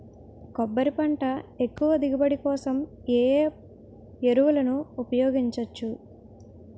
కొబ్బరి పంట ఎక్కువ దిగుబడి కోసం ఏ ఏ ఎరువులను ఉపయోగించచ్చు?